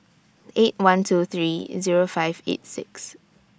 eight one two three Zero five eight six